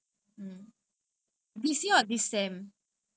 ya I at first I wanted to like like